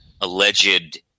alleged